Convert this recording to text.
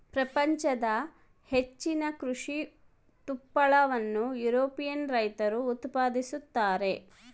ಪ್ರಪಂಚದ ಹೆಚ್ಚಿನ ಕೃಷಿ ತುಪ್ಪಳವನ್ನು ಯುರೋಪಿಯನ್ ರೈತರು ಉತ್ಪಾದಿಸುತ್ತಾರೆ